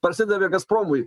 parsidavė gazpromui